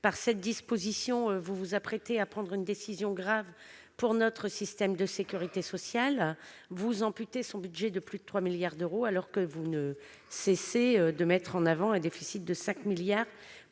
de celui-ci, vous vous apprêtez à prendre une décision grave pour notre système de sécurité sociale : vous amputez son budget de plus de 3 milliards d'euros alors que vous ne cessez de mettre en avant un déficit de 5 milliards